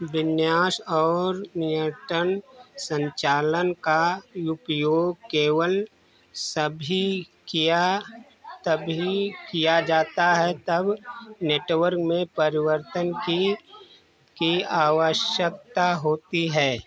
विन्यास और नियन्त्रण संचालन का उपयोग केवल सभी किया तभी किया जाता है तब नेटवर्क में परिवर्तन की की आवश्यकता होती है